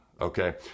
Okay